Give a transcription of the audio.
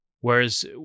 whereas